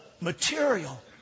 material